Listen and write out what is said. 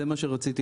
זה מה שרציתי,